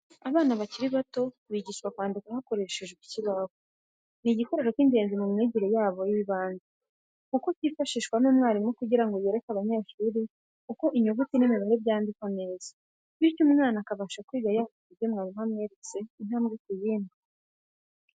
Abana bakiri bato bigishwa kwandika hakoreshejwe ikibaho. Ni igikoresho cy'ingenzi mu myigire yabo y'ibanze kuko cyifashishwa n'umwarimu kugira ngo yereke abanyeshuri uko inyuguti n'imibare byandikwa neza, bityo umwana akabasha kwiga yandika ibyo mwarimu amweretse intambwe ku yindi.